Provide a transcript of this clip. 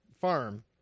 farm